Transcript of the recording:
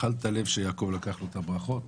אכל את הלב שיעקב לקח לו את הברכות,